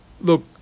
Look